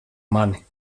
mani